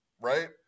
right